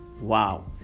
Wow